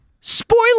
spoiler